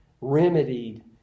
remedied